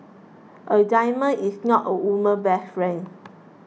a diamond is not a woman's best friend